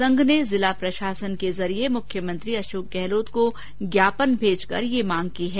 संघ ने जिला प्रशासन के जरिए मुख्यमंत्री अशोक गहलोत को ज्ञापन भेजकर यह मांग की है